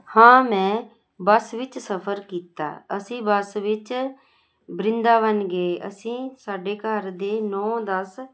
ਹਾਂ ਮੈਂ ਬੱਸ ਵਿੱਚ ਸਫ਼ਰ ਕੀਤਾ ਅਸੀਂ ਬੱਸ ਵਿੱਚ ਬ੍ਰਿੰਦਾਵਨ ਗਏ ਅਸੀਂ ਸਾਡੇ ਘਰ ਦੇ ਨੌਂ ਦਸ